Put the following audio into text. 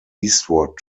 eastward